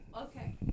Okay